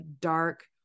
dark